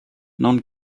non